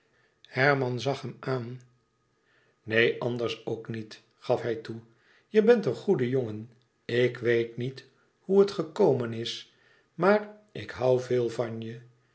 herman zag hem aan neen anders ook niet gaf hij toe je bent een goede jongen ik weet niet hoe het gekomen is maar ik hoû veel van je